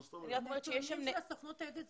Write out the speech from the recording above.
זה נתונים של הסוכנות היהודית.